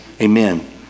amen